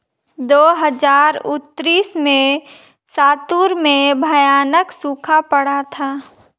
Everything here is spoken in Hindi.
दो हज़ार उन्नीस में लातूर में भयानक सूखा पड़ा था